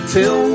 Till